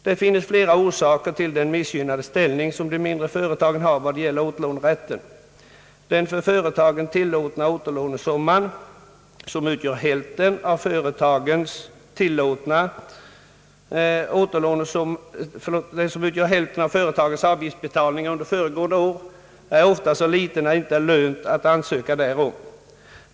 Det finns flera orsaker till den missgynnade ställning som de mindre företagen har vad gäller återlånerätten. Den för företagen tillåtna återlånesumman, som utgör hälften av företagets avgiftsbetalningar under föregående år, är ofta så liten att det inte är lönt att ansöka därom.